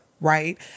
Right